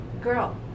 Girl